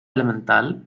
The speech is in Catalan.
elemental